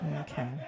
Okay